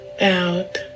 out